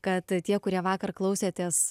kad tie kurie vakar klausėtės